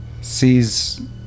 sees